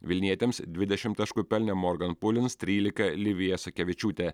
vilnietėms dvidešimt taškų pelnė morgan pulins tryliką livija sakevičiūtė